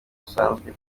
busanzwe